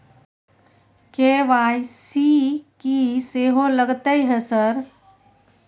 KYC की सेहो लगतै है सर?